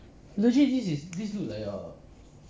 legit this is this look like err